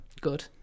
Good